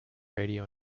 radio